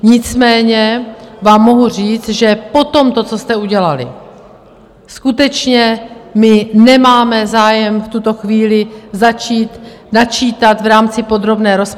Nicméně vám mohu říct, že po tomto, co jste udělali, skutečně my nemáme zájem v tuto chvíli začít načítat v rámci podrobné rozpravy.